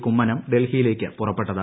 കുമ്മനം ഡൽഹിയിലേയ്ക്ക് പുറപ്പെട്ടത്